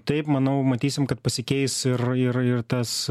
taip manau matysim kad pasikeis ir ir tas